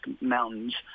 mountains